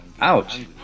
Ouch